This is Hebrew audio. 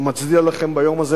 מצדיע לכם ביום הזה,